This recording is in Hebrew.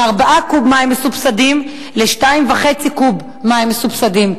מ-4 קוב מים מסובסדים ל-2.5 קוב מים מסובסדים.